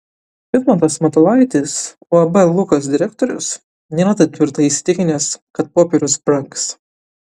vidmantas matulaitis uab lukas direktorius nėra taip tvirtai įsitikinęs kad popierius brangs